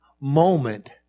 moment